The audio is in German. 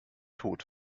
tod